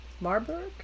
Marburg